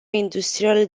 industrial